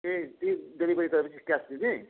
ए ती डेलिभरी गऱ्यो भने क्यास दिने